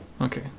Okay